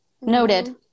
noted